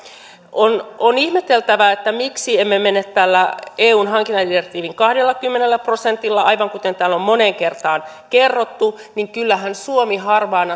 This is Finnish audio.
on on ihmeteltävä miksi emme mene tällä eun hankintadirektiivin kahdellakymmenellä prosentilla aivan kuten täällä on moneen kertaan kerrottu kyllähän suomi harvaan